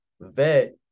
vet